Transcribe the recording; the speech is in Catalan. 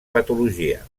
patologia